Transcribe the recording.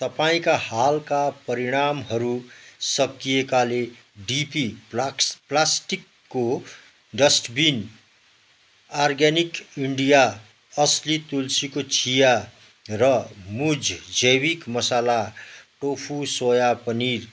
तपाईँका हालका परिणामहरू सकिएकाले बिपी प्लास पलस्टिकको डस्टबिन अर्ग्यानिक इन्डिया अस्ली तुल्सीको चिया र मोज जैविक मसाला टोफो सोया पनिर